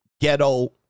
ghetto